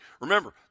Remember